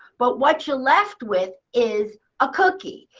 but what you're left with is a cookie.